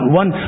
one